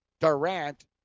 Durant